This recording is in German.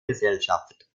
gesellschaft